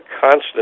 constant